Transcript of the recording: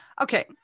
Okay